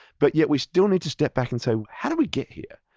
but yet we still need to step back and say, how did we get here?